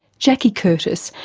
jackie curtis,